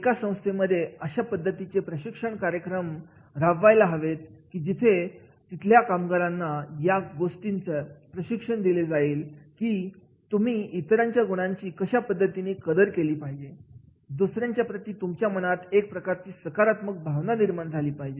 एका संस्थेमध्ये अशा पद्धतीचे प्रशिक्षण कार्यक्रम लावायला हवेत की जिथे तिथल्या कामगारांना या गोष्टीचा प्रशिक्षण दिले जाईल की तुम्ही इतरांच्या गुणांची कदर कशा पद्धतीने केली पाहिजे दुसऱ्यांच्या प्रति तुमच्या मनात एक प्रकारची सकारात्मक भावना निर्माण झाली पाहिजे